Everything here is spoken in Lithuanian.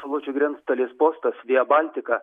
saločių grenstalės postas via baltica